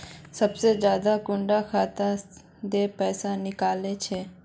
सबसे ज्यादा कुंडा खाता त पैसा निकले छे?